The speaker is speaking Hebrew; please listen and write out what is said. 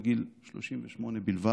בגיל 38 בלבד,